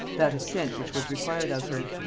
that assent which was required of her.